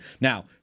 Now